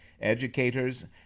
Educators